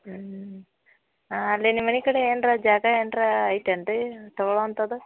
ಹ್ಞೂ ಅಲ್ಲಿ ನಿಮ್ಮ ಮನೆ ಕಡೆ ಏನಾರ ಜಾಗ ಏನಾರ ಐತೆನ್ರೀ ತೊಗೊಳೋಂಥದ್ದು